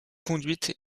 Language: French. conduite